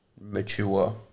mature